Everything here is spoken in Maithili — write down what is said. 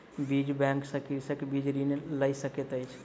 बीज बैंक सॅ कृषक बीज ऋण लय सकैत अछि